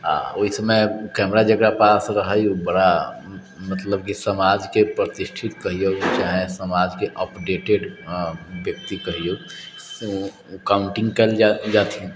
आओर ओहि समय कैमरा जेकरा पास रहै उ बड़ा मतलब कि समाजके प्रतिष्ठित कहिऔ चाहे समाजके अपडेटेड हँ व्यक्ति कहियौ उ काउण्टिंग कयल जाथिन